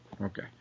okay